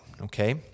okay